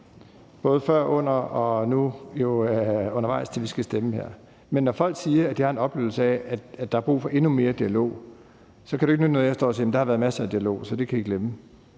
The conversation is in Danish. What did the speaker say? både før og undervejs indtil nu, hvor vi skal stemme her. Men når folk siger, at de har en oplevelse af, at der er brug for endnu mere dialog, kan det jo ikke nytte noget, at jeg står og siger: Jamen der har været masser af dialog, så det kan I glemme.